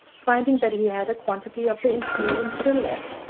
finding that he had a quantity of the infusion still left,